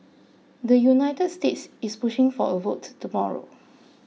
the United States is pushing for a vote tomorrow